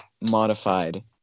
modified